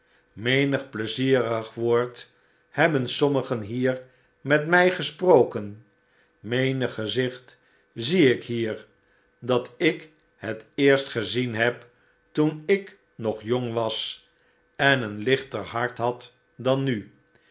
menig pleizierig woord hebben sommigen hier met mij gesproken menig gezicht zie ik hier dat ik het eerst gezien heb toen ik nog jong was en een lichter hart had dan nu